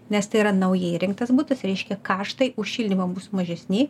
nes tai yra naujai įrengtas butas reiškia kaštai už šildymą bus mažesni